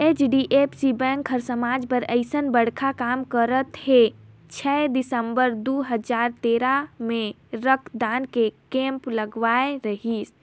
HDFC bank हर समाज बर अइसन बड़खा काम करत हे छै दिसंबर दू हजार तेरा मे रक्तदान के केम्प लगवाए रहीस